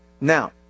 Now